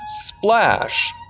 Splash